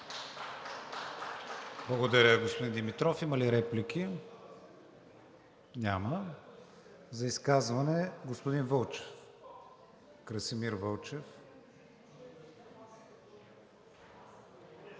Благодаря, господин Димитров. Има ли реплики? Няма. За изказване, господин Красимир Вълчев.